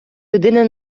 людини